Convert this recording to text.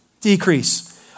decrease